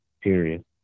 Period